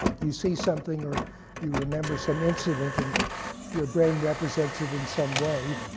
you see something, or you remember some incident. and your brain represents it in some way.